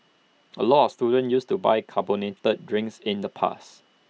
A lot of students used to buy carbonated drinks in the past